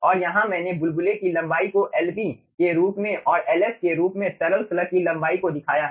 और यहाँ मैंने बुलबुले की लंबाई को Lb के रूप में और Ls के रूप में तरल स्लग की लंबाई को दिखाया है